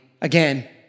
again